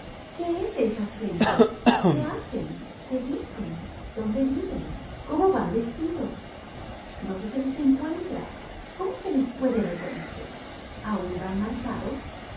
qué es de esas gentes qué hacen qué dicen dónde viven cómo van vestidos dónde se les encuentra cómo se les puede reconocer aun van marcados